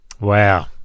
Wow